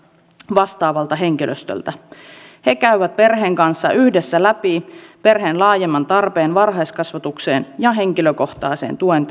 vastaavalta henkilöstöltä he käyvät perheen kanssa yhdessä läpi perheen laajemman tarpeen varhaiskasvatukseen ja henkilökohtaisen tuen